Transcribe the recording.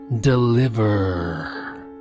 DELIVER